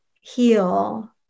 heal